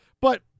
But-